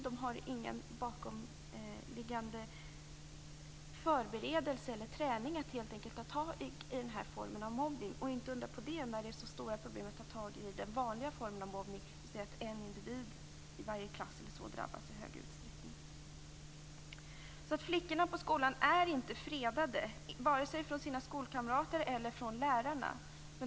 De har ingen bakomliggande förberedelse eller träning att ta itu med den här formen av mobbning. Inte undra på det när det är så stora problem att ta itu med den vanliga formen av mobbning. En individ i varje klass drabbas av mobbning i stor utsträckning. Flickorna i skolan är inte fredade vare sig från sina skolkamrater eller från lärare.